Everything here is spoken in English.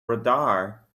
radar